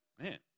man